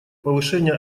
повышение